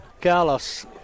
Carlos